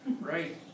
Right